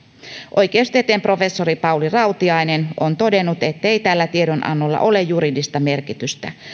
oikeustieteen professori pauli rautiainen on todennut ettei tällä tiedonannolla ole juridista merkitystä